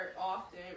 often